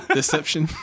deception